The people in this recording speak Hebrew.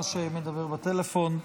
שמדבר בטלפון,